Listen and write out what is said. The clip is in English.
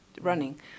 running